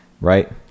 Right